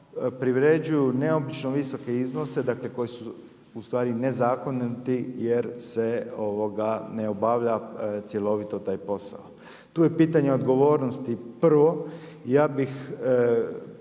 privređuju neobično visoke iznose, dakle koji su u stvari nezakoniti jer se ne obavlja cjelovito taj posao. Tu je pitanje odgovornosti. Prvo, ja bih